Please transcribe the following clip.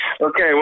Okay